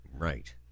Right